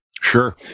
Sure